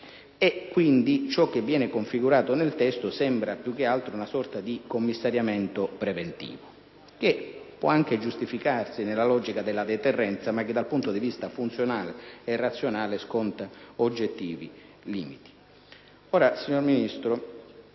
efficiente. Ciò che viene configurato nel disegno di legge sembra più che altro una sorta di commissariamento preventivo, che può anche giustificarsi nella logica della deterrenza, ma che dal punto di vista funzionale e razionale sconta oggettivi limiti. Signora Ministro,